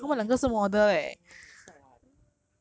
!aiya! okay lah okay lah !aiyo! 我帅 [what]